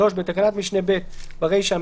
(3) בתקנת משנה (ב) (א) ברישה,